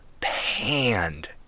panned